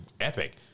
epic